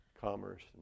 commerce